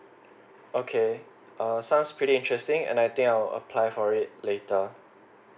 okay err sounds pretty interesting and I think I will apply for it later